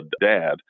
dad